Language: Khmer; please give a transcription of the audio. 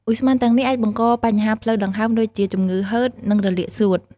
ឧស្ម័នទាំងនេះអាចបង្កបញ្ហាផ្លូវដង្ហើមដូចជាជំងឺហឺត និងរលាកសួត។